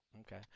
okay